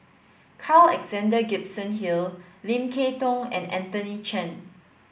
Carl Alexander Gibson Hill Lim Kay Tong and Anthony Chen